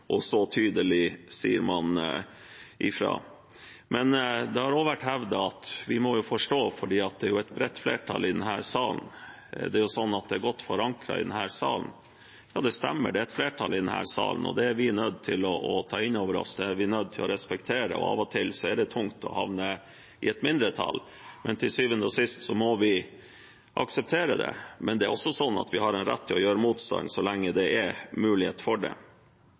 og så tydelig sier man ifra. Det har også vært hevdet at vi må jo forstå, for det er et bredt flertall i denne salen, det er godt forankret i denne salen. Ja, det stemmer, det er et flertall i denne salen, og det er vi nødt til å ta inn over oss, det er vi nødt til å respektere. Av og til er det tungt å havne i et mindretall, men til syvende og sist må vi akseptere det. Men det er også sånn at vi har en rett til å gjøre motstand så lenge det er mulighet for det.